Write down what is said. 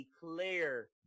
declare